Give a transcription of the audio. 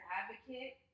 advocate